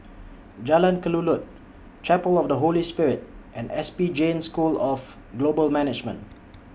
Jalan Kelulut Chapel of The Holy Spirit and S P Jain School of Global Management